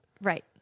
right